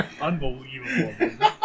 unbelievable